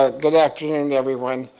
ah good afternoon everyone.